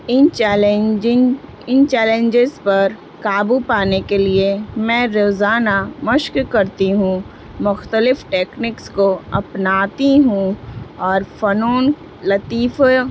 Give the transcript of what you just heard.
ان challenging ان challenges پر قابو پانے کے لیے میں روزانہ مشقر کرتی ہوں مختلف ٹیکنکس کو اپناتی ہوں اور فنون لطیف